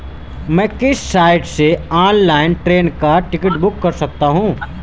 मैं किस साइट से ऑनलाइन ट्रेन का टिकट बुक कर सकता हूँ?